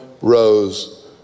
rose